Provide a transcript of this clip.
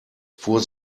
fuhr